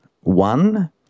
One